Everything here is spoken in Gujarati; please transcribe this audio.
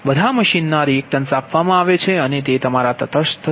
બધાં મશીનના રીએક્ટન્સ આપવામાં આવે છે અને તે તમારા તટસ્થ છે